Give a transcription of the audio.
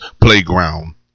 Playground